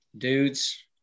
Dudes